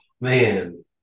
man